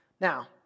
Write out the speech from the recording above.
Now